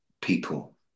people